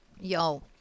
Yo